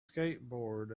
skateboard